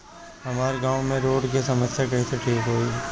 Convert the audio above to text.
हमारा गाँव मे रोड के समस्या कइसे ठीक होई?